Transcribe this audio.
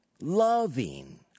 loving